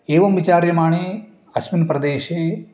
एवं विचार्यमाणे अस्मिन् प्रदेशे